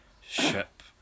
ship